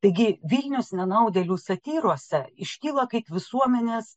taigi vilnius nenaudėlių satyrose iškilo kaip visuomenės